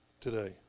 today